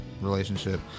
Relationship